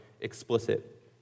explicit